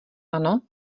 ano